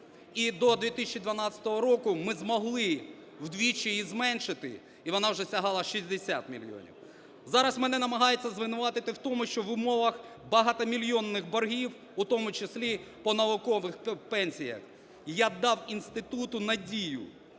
І до 2012 року ми змогли вдвічі її зменшити, і вона вже сягала 60 мільйонів. Зараз мене намагаються звинуватити в тому, що в умовах багатомільйонних боргів, у тому числі по наукових пенсіях, я дав інституту надію